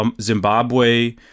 Zimbabwe